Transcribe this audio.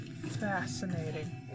Fascinating